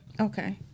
Okay